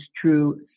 true